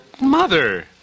Mother